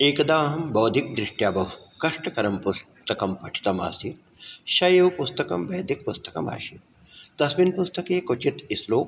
एकदा अहं बौधिक दृष्ट्या बहु कष्टकरं पुस्तकं पठितमासीत् स एव पुस्तकं वैदिक पुस्तकमासीत् तस्मिन् पुस्तके क्वचित् श्लोक